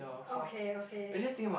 okay okay